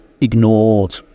ignored